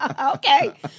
Okay